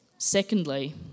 Secondly